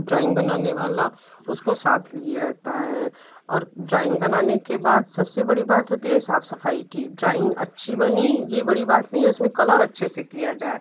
drawing बनाने वाला उसको साथ लिए रहता है और ड्राइंग बनाने के बाद सबसे बड़ी बात होती है साफ़ सफ़ाई की ड्राइंग अच्छी बनी यह बड़ी बात नहीं है उसमें कलर अच्छे से किया जाए